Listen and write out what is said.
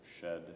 shed